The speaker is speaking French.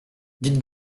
dites